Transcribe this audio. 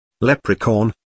leprechaun